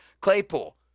Claypool